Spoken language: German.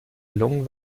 gelungen